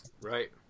Right